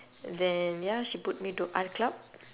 then ya she put me to art club